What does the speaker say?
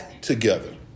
together